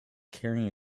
carrying